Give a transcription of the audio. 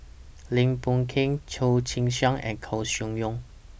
Lim Boon Keng Chia Tee Chiak and Koeh Sia Yong